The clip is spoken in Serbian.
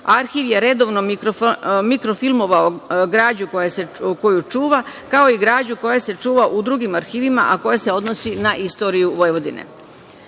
Arhiv je redovno mikrofilmovao građu koju čuva, kao i građu koja se čuva u drugim arhivima, a koja se odnosi na istoriju Vojvodine. Autonomna